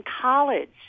college